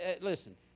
Listen